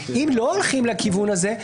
אם לא הולכים לכיוון הזה,